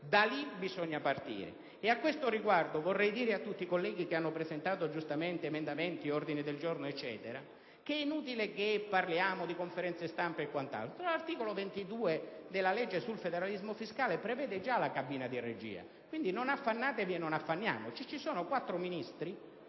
Da lì bisogna partire. E a questo riguardo vorrei dire a tutti i colleghi che hanno presentato emendamenti che è inutile che parliamo di conferenze stampa e quant'altro. L'articolo 22 della legge sul federalismo fiscale prevede già la cabina di regia, quindi non affannatevi e non affanniamoci; ci sono quattro Ministri